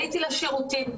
עליתי לשירותים,